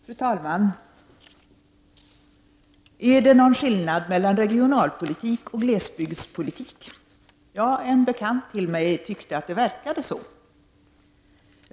Fru talman! Är det någon skillnad mellan regionalpolitik och glesbygdspolitik? Ja, en bekant till mig tyckte att det verkade så.